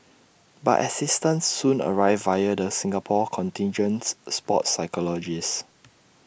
but assistance soon arrived via the Singapore contingent's sports psychologist